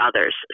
others